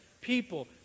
people